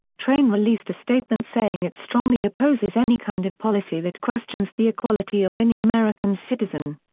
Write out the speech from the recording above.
train released a statement saying it strongly opposes any kind of policy that questions the equality of any american citizen.